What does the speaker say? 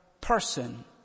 person